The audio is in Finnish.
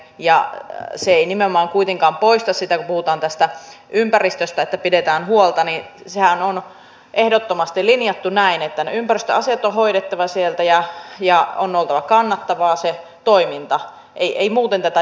ne eivät nimenomaan kuitenkaan poista sitä kun puhutaan että ympäristöstä pidetään huolta vaan sehän on ehdottomasti linjattu näin että ne ympäristöasiat on hoidettava sieltä ja on oltava kannattavaa sen toiminnan ei muuten tätä jatketa